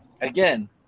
again